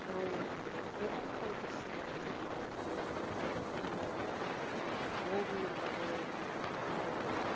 नायनो हायो गोबां बायदिसिना नुयो बेयावनो जोङो अनेक मुभि नुगोन आरो